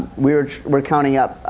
we were were counting up,